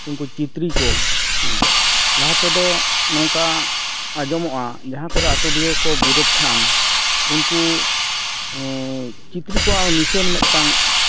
ᱩᱱᱠᱩ ᱪᱤᱛᱨᱤ ᱠᱚ ᱞᱟᱦᱟ ᱛᱮᱫᱚ ᱱᱚᱝᱠᱟ ᱟᱸᱡᱚᱢᱚᱜᱼᱟ ᱡᱟᱦᱟᱸ ᱠᱚᱨᱮ ᱟᱛᱳ ᱰᱤᱦᱟᱹᱠᱚ ᱵᱤᱨᱤᱫᱽ ᱠᱷᱟᱱ ᱩᱱᱠᱩ ᱪᱤᱛᱨᱤ ᱠᱚᱣᱟᱜ ᱱᱤᱥᱟᱹᱱ ᱢᱤᱫᱴᱟᱝ